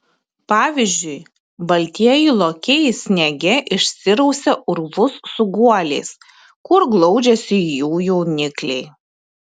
pavyzdžiui baltieji lokiai sniege išsirausia urvus su guoliais kur glaudžiasi jų jaunikliai